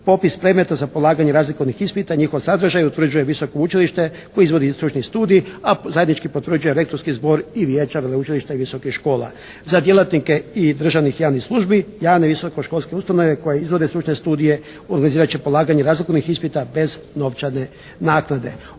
Popis predmeta za polaganje razlikovnih ispita i njihov sadržaj utvrđuje visoko učilište koji izvodi i stručni studij, a zajednički potvrđuje rektorski zbor i vijeća veleučilišta i visokih škola. Za djelatnike i državnih i javnih službi javne visokoškolske ustanove koje izvode stručne studije organizirat će polaganje razlikovnih ispita bez novčane naknade.